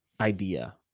idea